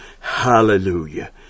Hallelujah